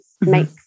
make